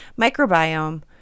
microbiome